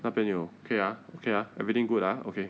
那边有 okay ah everything good ah okay